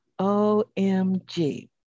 OMG